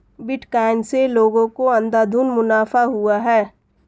bitcoin से लोगों को अंधाधुन मुनाफा हुआ है